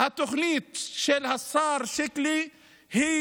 התוכנית של השר שיקלי היא